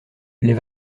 les